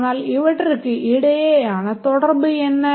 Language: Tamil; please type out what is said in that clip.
ஆனால் இவற்றுக்கு இடையேயான தொடர்பு என்ன